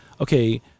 okay